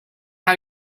how